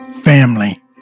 family